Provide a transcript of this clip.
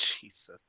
Jesus